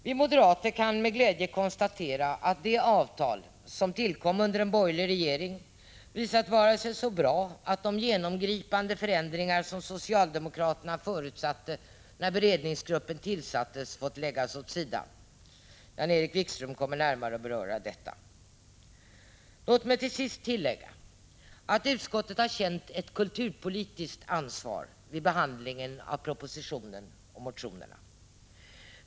Vi moderater kan med glädje konstatera att det avtal som tillkom under en borgerlig regering har visat sig vara så bra att de krav på genomgripande förändringar som socialdemokraterna förutsatte skulle bli aktuella när beredningsgruppen tillsattes har fått läggas åt sidan. Jan-Erik Wikström kommer närmare att beröra detta. Låt mig till sist tillägga att utskottet har känt ett kulturpolitiskt ansvar vid behandlingen av propositionen och motionerna.